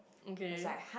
okay